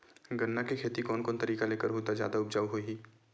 गन्ना के खेती कोन कोन तरीका ले करहु त जादा उपजाऊ होही?